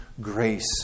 Grace